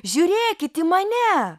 žiūrėkit į mane